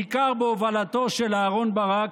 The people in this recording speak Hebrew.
בעיקר בהובלתו של אהרן ברק,